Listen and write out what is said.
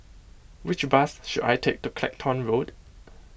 which bus should I take to Clacton Road